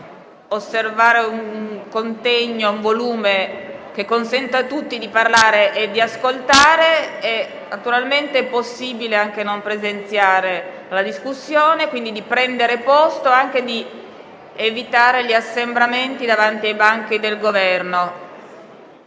determinato contegno e un volume di voce che consenta a tutti di parlare e di ascoltare. È naturalmente possibile anche non presenziare alla discussione. Vi prego quindi di prendere posto e anche di evitare gli assembramenti davanti ai banchi del Governo.